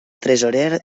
tresorer